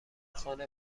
خانه